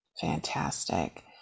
Fantastic